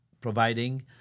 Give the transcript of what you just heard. providing